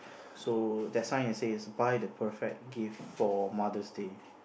so that sign it says buy the perfect gift for Mother's Day